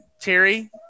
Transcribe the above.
terry